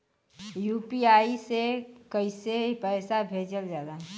UPI से कइसे पैसा भेजल जाला?